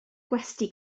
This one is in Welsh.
gwesty